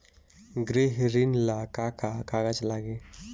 गृह ऋण ला का का कागज लागी?